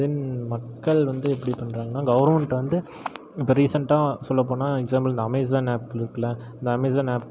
தென் மக்கள் வந்து எப்படி பண்ணுறாங்கன்னா கவர்மென்ட் வந்து இப்போ ரீசன்ட்டாக சொல்லப்போனால் எக்ஸாம்பில் இந்த அமேசான் ஆப் இருக்குல இந்த அமேசான் ஆப்